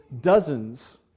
dozens